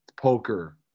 poker